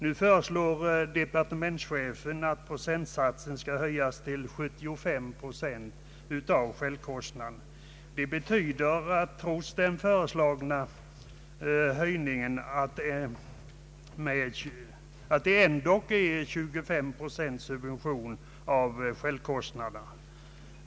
Nu föreslår departementschefen att procentsatsen skall höjas till 75 procent av självkostnaden. Det betyder att trots den föreslagna höjningen kvarstår en 25-procentig subvention av självkostnaderna.